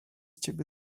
ciebie